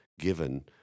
given